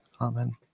Amen